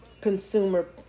consumer